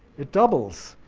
it doubles.